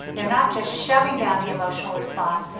they're not just shoving down the emotional response,